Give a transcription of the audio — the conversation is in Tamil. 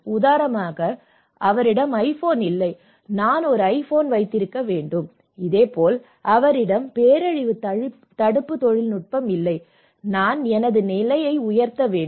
உதாரணமாக அவரிடம் ஐபோன் இல்லை நான் ஒரு ஐபோன் வைத்திருக்க வேண்டும் இதேபோல் அவரிடம் இந்த பேரழிவு தடுப்பு தொழில்நுட்பம் இல்லை நான் எனது நிலையை உயர்த்த வேண்டும்